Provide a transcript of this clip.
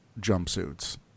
jumpsuits